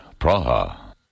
Praha